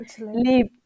leave